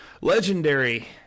legendary